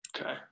Okay